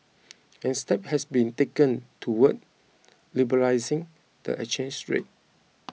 and steps have been taken towards liberalising the exchange rate